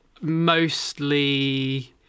Mostly